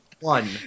One